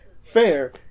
fair